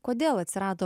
kodėl atsirado